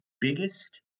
biggest